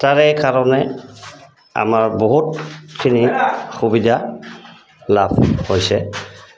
তাৰে কাৰণে আমাৰ বহুতখিনি সুবিধা লাভ হৈছে